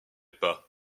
pas